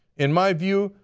in my view,